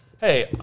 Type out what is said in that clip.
hey